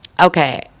Okay